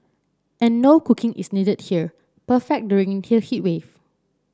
and no cooking is needed here perfect during here heat wave